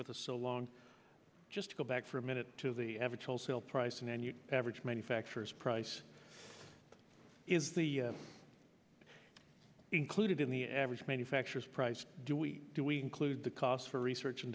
with us so long just to go back for a minute to the average wholesale price and then your average manufacturers price is the included in the average manufacturer's price do we do we clue the costs for research and